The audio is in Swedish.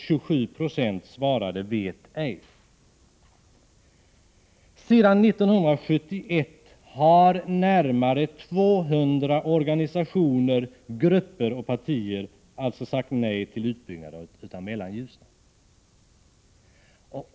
27 90 svarade vet ej. Sedan 1971 har närmare 200 organisationer, grupper och partier sagt nej till utbyggnad av Mellanljusnan.